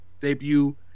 debut